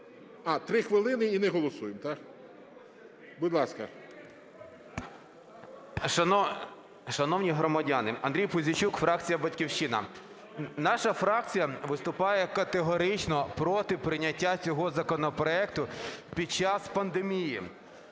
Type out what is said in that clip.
А, 3 хвилини і не голосуємо. Будь ласка. 21:58:53 ПУЗІЙЧУК А.В. Шановні громадяни! Андрій Пузійчук, фракція "Батьківщина". Наша фракція виступає категорично проти прийняття цього законопроекту під час пандемії.